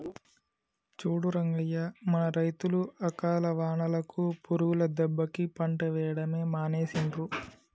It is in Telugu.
చూడు రంగయ్య మన రైతులు అకాల వానలకు పురుగుల దెబ్బకి పంట వేయడమే మానేసిండ్రు